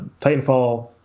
Titanfall